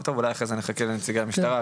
טוב אבל אחרי זה נחכה לנציגי המשטרה,